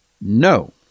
No